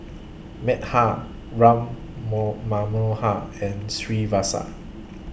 Medha Ram Mo Manohar and Srinivasa